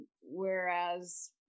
whereas